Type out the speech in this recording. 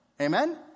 Amen